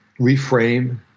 reframe